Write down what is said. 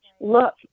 look